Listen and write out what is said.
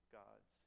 gods